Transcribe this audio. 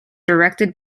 directed